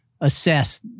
assess